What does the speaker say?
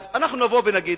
אז אנחנו נבוא ונגיד,